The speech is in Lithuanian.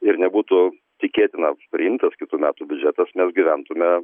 ir nebūtų tikėtina priimtas kitų metų biudžetas mes gyventume